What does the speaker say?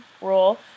rule